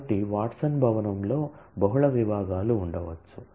కాబట్టి వాట్సన్ భవనంలో బహుళ విభాగాలు ఉండవచ్చు